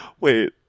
Wait